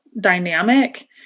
dynamic